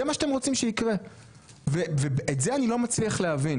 זה מה שאתם רוצים שיקרה ואת זה אני לא מצליח להבין.